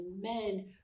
men